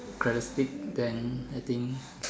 characteristic then I think